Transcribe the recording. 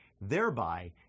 thereby